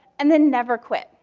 and then never quit.